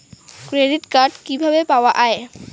Credit card কিভাবে পাওয়া য়ায়?